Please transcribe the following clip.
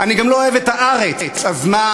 אני גם לא אוהב את "הארץ", אז מה?